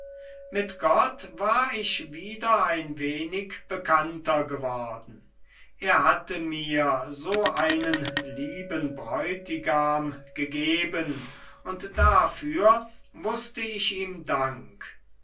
mit gott war ich wieder ein wenig bekannter geworden er hatte mir so einen lieben bräutigam gegeben und dafür wußte ich ihm dank